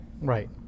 Right